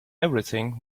everything